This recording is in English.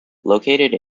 located